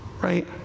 right